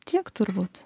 tiek turbūt